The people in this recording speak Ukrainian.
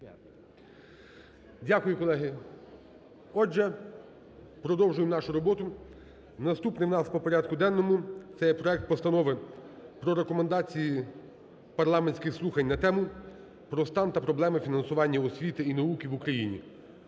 Дякую, колеги. Отже, продовжуємо нашу роботу. Наступний в нас по порядку денному – це є проект Постанови про Рекомендації парламентських слухань на тему: "Про стан та проблеми фінансування освіти і науки в Україні".